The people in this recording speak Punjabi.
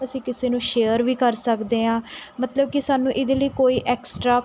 ਅਸੀਂ ਕਿਸੇ ਨੂੰ ਸ਼ੇਅਰ ਵੀ ਕਰ ਸਕਦੇ ਹਾਂ ਮਤਲਬ ਕਿ ਸਾਨੂੰ ਇਹਦੇ ਲਈ ਕੋਈ ਐਕਸਟਰਾ